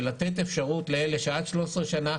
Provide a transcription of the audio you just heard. ולתת אפשרות לאלה שעד 13 שנה,